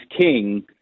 king